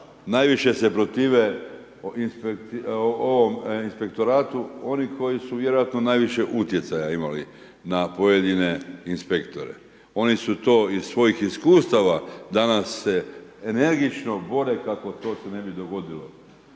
najviše se protive ovom inspektoratu oni koji su vjerojatno najviše utjecaja imali na pojedine inspektore. Oni su to iz svojih iskustava, danas se energično bore kako to se ne bi dogodilo